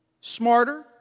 smarter